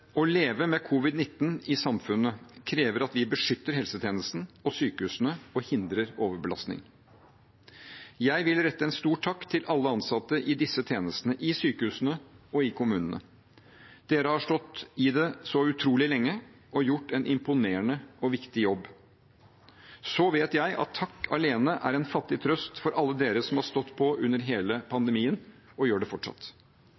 Å leve med covid-19 i samfunnet krever at vi beskytter helsetjenesten og sykehusene og hindrer overbelastning. Jeg vil rette en stor takk til alle ansatte i disse tjenestene – i sykehusene og i kommunene. Dere har stått i det så utrolig lenge og gjort en imponerende og viktig jobb. Så vet jeg at takk alene er en fattig trøst for alle dere som har stått på under hele pandemien – og gjør det fortsatt.